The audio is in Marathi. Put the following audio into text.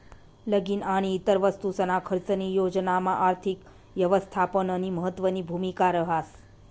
लगीन आणि इतर वस्तूसना खर्चनी योजनामा आर्थिक यवस्थापननी महत्वनी भूमिका रहास